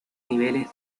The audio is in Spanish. niveles